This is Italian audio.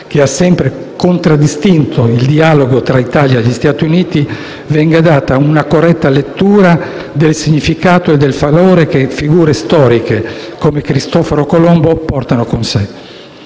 che ha sempre contraddistinto il dialogo tra l'Italia e gli Stati Uniti, venga data una corretta lettura del significato e del valore che figure storiche come Cristoforo Colombo portano con sé.